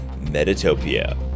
Metatopia